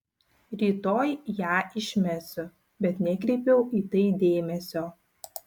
rytoj ją išmesiu bet nekreipiau į tai dėmesio